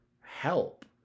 help